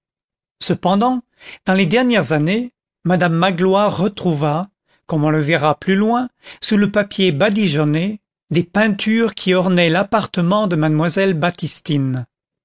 cependant dans les dernières années madame magloire retrouva comme on le verra plus loin sous le papier badigeonné des peintures qui ornaient l'appartement de mademoiselle baptistine